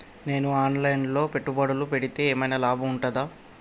నేను online లో పెట్టుబడులు పెడితే ఏమైనా లాభం ఉంటదా?